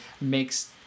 makes